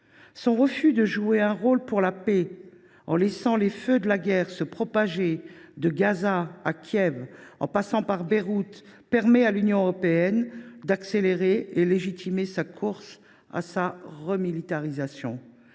Son refus de jouer un rôle pour la paix, en laissant les feux de la guerre se propager de Gaza à Kiev en passant par Beyrouth, permet à l’Union européenne d’accélérer et de légitimer sa course à la remilitarisation.